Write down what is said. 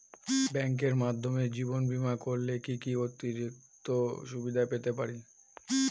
ব্যাংকের মাধ্যমে জীবন বীমা করলে কি কি অতিরিক্ত সুবিধে পেতে পারি?